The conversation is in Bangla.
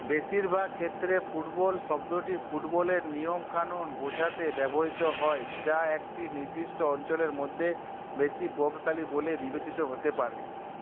বেশিরভাগ ক্ষেত্রে ফুটবল শব্দটি ফুটবলের নিয়মকানুন বোঝাতে ব্যবহৃত হয় যা একটি নির্দিষ্ট অঞ্চলের মধ্যে বেশী প্রভাবশালী বলে বিবেচিত হতে পারে